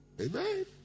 Amen